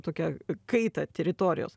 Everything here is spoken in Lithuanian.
tokią kaitą teritorijos